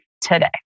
today